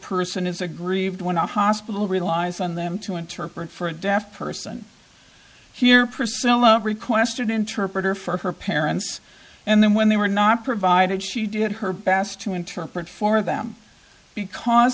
person is aggrieved when a hospital relies on them to interpret for a deaf person here priscilla requested interpreter for her parents and then when they were not provided she did her best to interpret for them because